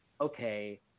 okay